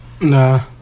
No